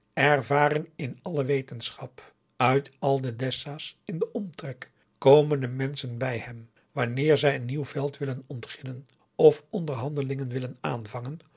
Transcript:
ervaren in alle geheime wetenschap uit al de dessaas in den omtrek komen de menschen bij hem wanneer zij een nieuw veld willen ontginnen of onderhandelingen willen aanvangen